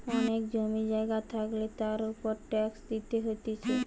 অনেক জমি জায়গা থাকলে তার উপর ট্যাক্স দিতে হতিছে